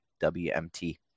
WMT